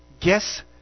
Guess